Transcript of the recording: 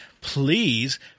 please